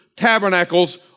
tabernacles